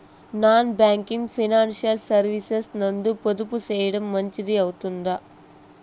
Non banking financial services నందు పొదుపు సేయడం మంచిది అవుతుందా?